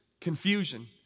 confusion